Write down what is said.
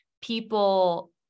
people